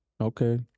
Okay